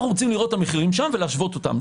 אנחנו רוצים לראות את המחירים שם ולהשוות אותם.